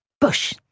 Bush